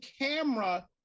camera